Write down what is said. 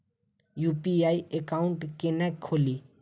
UPI account केना खोलि?